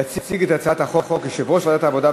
יציג את הצעת החוק יושב-ראש ועדת העבודה,